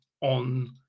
on